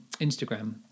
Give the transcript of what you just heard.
Instagram